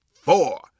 four